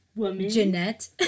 Jeanette